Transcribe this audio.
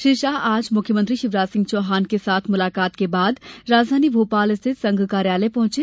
श्री शाह आज मुख्यमंत्री शिवराज सिंह चौहान के साथ मुलाकात के बाद राजधानी भोपाल स्थित संघ कार्यालय पहुंचे